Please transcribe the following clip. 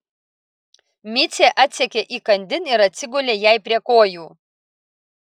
micė atsekė įkandin ir atsigulė jai prie kojų